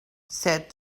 said